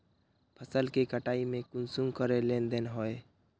फसल के कटाई में कुंसम करे लेन देन होए?